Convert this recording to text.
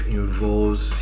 involves